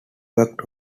back